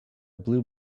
blue